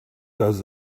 does